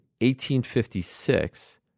1856